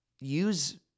use